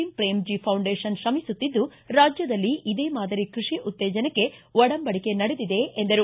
ೀಂ Premji foundation ಶ್ರಮಿಸುತ್ತಿದ್ದು ರಾಜ್ಯದಲ್ಲಿ ಇದೇ ಮಾದರಿ ಕೃಷಿ ಉತ್ತೇಜನಕ್ಕೆ ಒಡಂಬಡಿಕೆ ನಡೆದಿದೆ ಎಂದರು